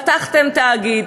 פתחתם תאגיד,